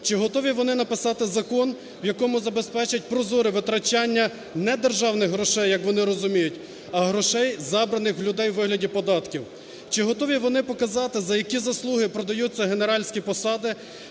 Чи готові вони написати закон, в якому забезпечать прозоре витрачання недержавних грошей, як вони розуміють, а грошей, забраних у людей у вигляді податків? Чи готові вони показати, за які заслуги продаються генеральські посади,